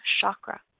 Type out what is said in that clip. chakra